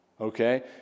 Okay